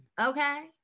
Okay